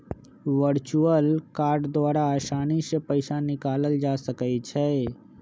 virtual card द्वारा असानी से पइसा निकालल जा सकइ छै